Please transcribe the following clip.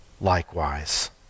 likewise